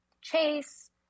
Chase